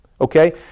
okay